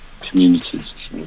communities